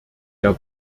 der